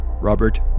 Robert